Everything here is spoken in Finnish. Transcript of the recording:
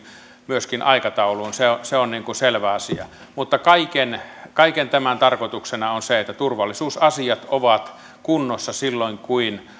myöskin aikatauluun se on selvä asia mutta kaiken kaiken tämän tarkoituksena on on se että turvallisuusasiat ovat kunnossa silloin